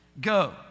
go